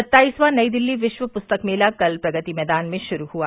सत्ताईसवां नई दिल्ली विश्व पुस्तक मेला कल प्रगति मैदान में शुरू हुआ